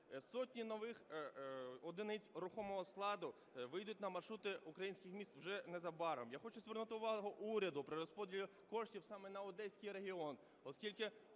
сотні нових одиниць рухомого складу вийдуть на маршрути українських міст уже незабаром. Я хочу звернути увагу уряду при розподілі коштів саме на Одеський регіон, оскільки